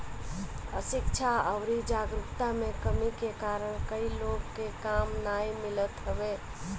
अशिक्षा अउरी जागरूकता में कमी के कारण कई लोग के काम नाइ मिलत हवे